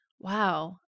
Wow